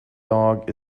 dog